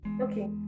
Okay